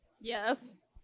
yes